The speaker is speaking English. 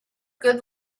good